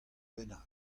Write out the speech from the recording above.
bennak